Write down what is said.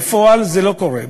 בפועל, זה לא קורה.